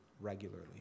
regularly